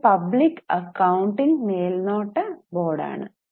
ഇത് ഒരു public accounting മേൽനോട്ട ബോർഡാണ്